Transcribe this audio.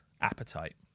appetite